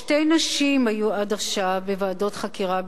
שתי נשים היו עד עכשיו בוועדות חקירה בישראל: